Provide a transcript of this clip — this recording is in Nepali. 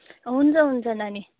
हुन्छ हुन्छ नानी